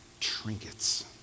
trinkets